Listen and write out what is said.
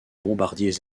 bombardiers